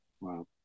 Wow